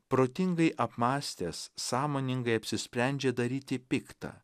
protingai apmąstęs sąmoningai apsisprendžia daryti piktą